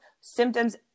symptoms